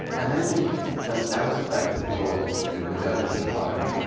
and then they took them out of that typical, you know, modernity environment,